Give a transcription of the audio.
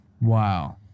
Wow